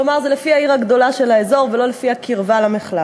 כלומר זה נקבע לפי העיר הגדולה של האזור ולא לפי הקרבה למחלף.